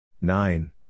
Nine